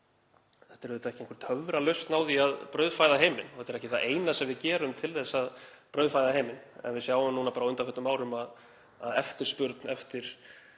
Þetta er auðvitað ekki einhver töfralausn á því að brauðfæða heiminn, þetta er ekki það eina sem við gerum til að brauðfæða heiminn. En við sjáum á undanförnum árum að eftirspurn eftir